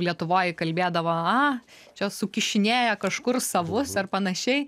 lietuvoj kalbėdavo a čia sukišinėja kažkur savus ar panašiai